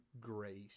grace